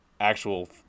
actual